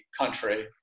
country